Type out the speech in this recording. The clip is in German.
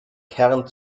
kern